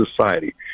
Society